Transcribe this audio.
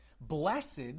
Blessed